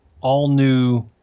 all-new